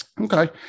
Okay